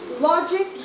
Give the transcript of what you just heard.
Logic